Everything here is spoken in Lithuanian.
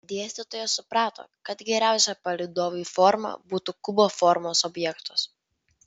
dėstytojas suprato kad geriausia palydovui forma būtų kubo formos objektas